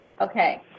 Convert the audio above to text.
Okay